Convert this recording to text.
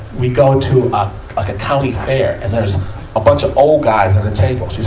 we go and to a, like a county fair, and there is a bunch of old guys at a table. she